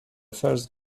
first